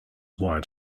wired